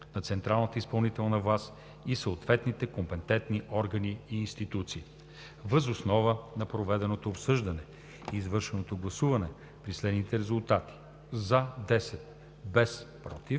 на централната изпълнителна власт и съответните компетентни органи, и институции. Въз основа на проведеното обсъждане и извършеното гласуване при следните резултати: 10 гласа „за“,